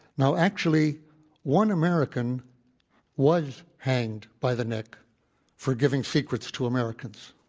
now, actually one american was hanged by the neck for giving secrets to americans.